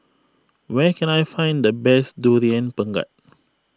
where can I find the best Durian Pengat